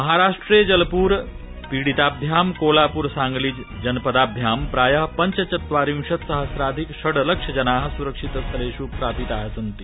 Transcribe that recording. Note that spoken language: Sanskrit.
महाराष्ट्रे जलपूर पीड़िताभ्यां कोलापूर सांगली जनपदाम्यां प्राय पञ्चचत्वारिशत सहस्राधिक ष लक्ष जना सुरक्षित स्थलेष् प्रापिता सन्ति